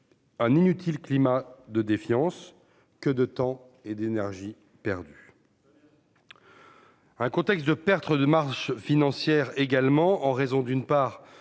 un inutile climat de défiance que de temps et d'énergie perdus. Un contexte de perte de marge financière également, en raison d'une part